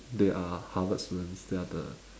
they are harvard students they are the